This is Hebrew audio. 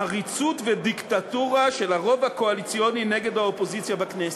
עריצות ודיקטטורה של הרוב הקואליציוני נגד האופוזיציה בכנסת,